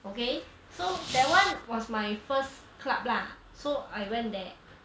okay so that one was my first club lah so I went there